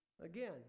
Again